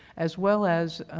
as well as